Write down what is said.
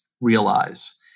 realize